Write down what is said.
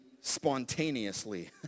spontaneously